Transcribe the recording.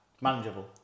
Manageable